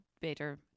better